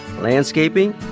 landscaping